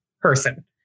person